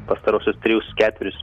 pastaruosius trejus ketverius